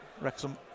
Wrexham